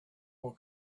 will